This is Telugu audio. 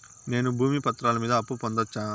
నేను భూమి పత్రాల మీద అప్పు పొందొచ్చా?